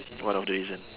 one of the reason